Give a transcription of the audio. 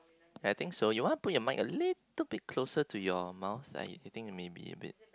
I think so you wanna out your mic a little bit closer to your mouth right you think it may be a bit